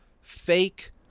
fake